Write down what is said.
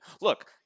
look